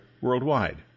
Worldwide